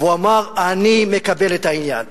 והוא אמר: "אני מקבל את העניין".